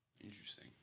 Interesting